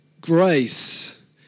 Grace